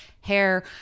hair